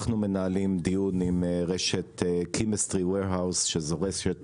אנחנו מנהלים דיון עם רשת Chemist Warehouse שזו רשת